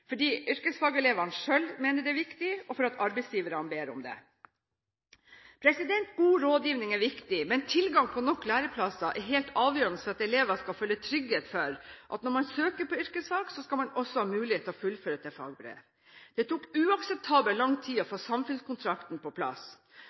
fordi yrkesfagelevene selv mener det er viktig, og fordi arbeidsgiverne ber om det. God rådgivning er viktig, men tilgang på nok læreplasser er helt avgjørende for at elever skal føle trygghet for at man, når man søker på yrkesfag, også skal ha mulighet til å fullføre til fagbrev. Det tok uakseptabelt lang tid